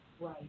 Right